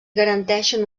garanteixen